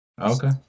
Okay